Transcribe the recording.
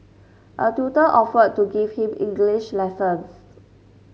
a tutor offered to give him English lessons